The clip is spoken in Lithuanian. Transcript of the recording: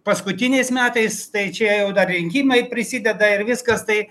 paskutiniais metais tai čia jau dar rinkimai prisideda ir viskas tai